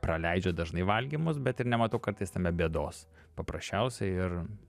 praleidžia dažnai valgymus bet ir nematau kartais tame bėdos paprasčiausiai ir